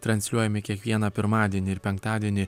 transliuojami kiekvieną pirmadienį ir penktadienį